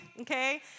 okay